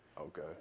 okay